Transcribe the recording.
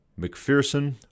McPherson